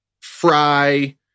Fry